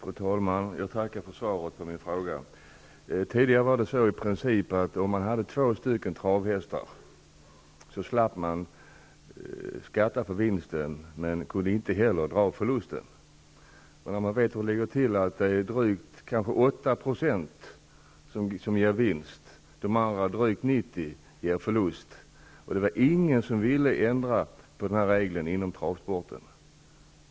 Fru talman! Jag tackar för svaret på min fråga. Tidigare var det i princip på det sättet att om man hade två travhästar slapp man skatta för vinsten men kunde inte heller dra av förlusten. Det är drygt 8 % av alla hästar som ger vinst. Drygt 90 % ger alltså förlust. Det var ingen inom travsporten som ville ändra på denna regel.